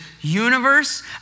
universe